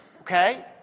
Okay